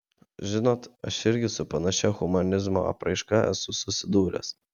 žinot aš irgi su panašia humanizmo apraiška esu susidūręs